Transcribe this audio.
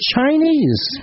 Chinese